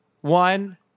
One